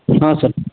ಹಾಂ ಸರ್